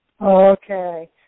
Okay